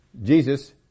Jesus